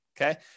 Okay